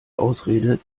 ausrede